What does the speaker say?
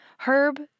Herb